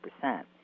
percent